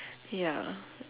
ya